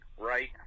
right